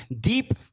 deep